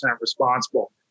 responsible